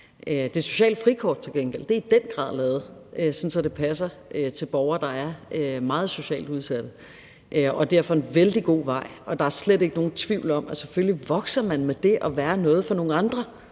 Det sociale frikort er til gengæld i den grad lavet, sådan at det passer til borgere, der er meget socialt udsatte, og er derfor en vældig god vej. Og der er slet ikke nogen tvivl om, at man selvfølgelig vokser med det at være noget for nogle andre,